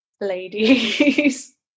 ladies